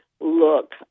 look